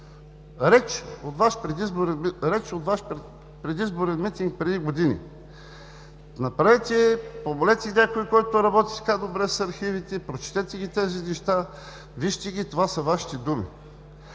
реч от Ваш предизборен митинг преди години. Помолете някой, който работи добре с архивите, прочетете ги тези неща, вижте ги – това са Вашите думи.